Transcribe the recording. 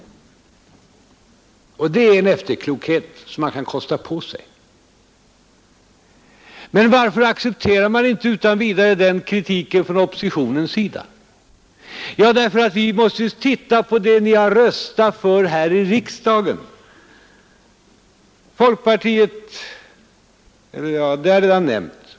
Det är en efterklokhet som man kan kosta på sig, men varför accepterar vi inte utan vidare den kritiken från oppositionens sida? Jo, därför att vi måste titta på det ni har röstat för här i riksdagen. Folkpartiet har jag redan nämnt.